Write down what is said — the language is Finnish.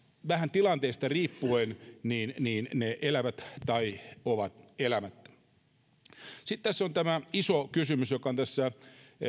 vähän tilanteesta riippuen ne elävät tai ovat elämättä sitten on tämä iso kysymys joka on tässä